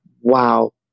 Wow